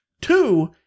two